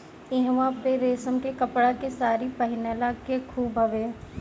इहवां पे रेशम के कपड़ा के सारी पहिनला के खूबे हवे